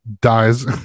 dies